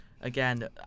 again